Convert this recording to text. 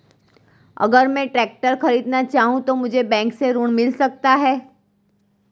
अगर मैं ट्रैक्टर खरीदना चाहूं तो मुझे बैंक से ऋण मिल सकता है?